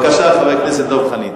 תעשה לי טובה.